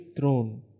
throne